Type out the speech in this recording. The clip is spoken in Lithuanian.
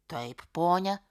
taip ponia